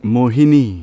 Mohini